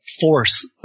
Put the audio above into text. force